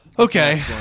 Okay